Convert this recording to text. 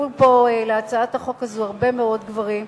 הצטרפו פה להצעת החוק הזאת הרבה מאוד גברים,